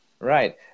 Right